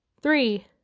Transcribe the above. three